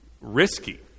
risky